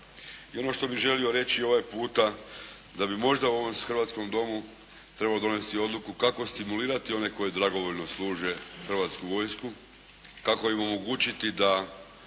ono što bih želio reći ovaj puta da bi možda u ovom hrvatskom Domu trebalo donijeti odluku kako stimulirati one koji dragovoljno služe Hrvatsku vojsku, kako im omogućiti da